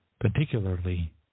particularly